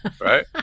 right